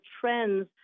trends